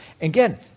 Again